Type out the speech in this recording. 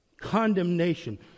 Condemnation